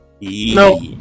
No